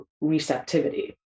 receptivity